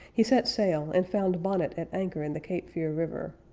he set sail, and found bonnet at anchor in the cape fear river.